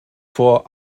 vor